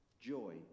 joy